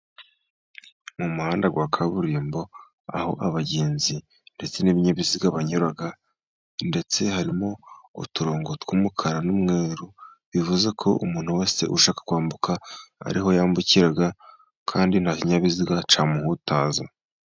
Mu muhanda wa kaburimbo, aho abagenzi ndetse n'ibinyabiziga banyura ndetse harimo uturongo tw'umukara n'umweru, bivuze ko umuntu wese ushaka kwambuka, ariho yambukira kandi nta kinyabiziga cya muhutaza.